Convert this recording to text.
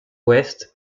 ouest